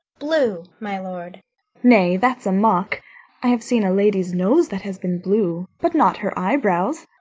blue, my lord nay, that's a mock i have seen a lady's nose that has been blue, but not her eyebrows.